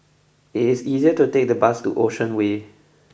it is faster to take the bus to Ocean Way